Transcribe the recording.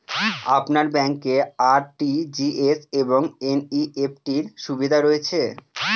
আপনার ব্যাংকে আর.টি.জি.এস বা এন.ই.এফ.টি র সুবিধা রয়েছে?